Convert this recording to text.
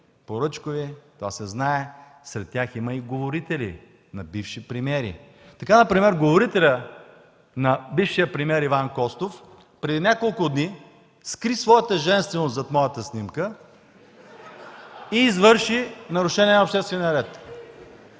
поръчкови, това се знае. Сред тях има и говорители на бивши премиери. Така например говорителят на бившия премиер Иван Костов преди няколко дни скри своята женственост зад моята снимка (смях) и извърши нарушение на обществения ред.